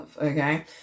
okay